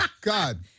God